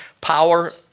power